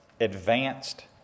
advanced